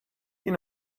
you